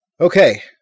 Okay